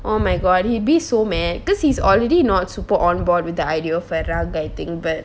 oh my god he be so mad because he's already not super on board with the idea of fur or grey thing but